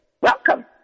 Welcome